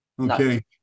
Okay